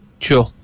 Sure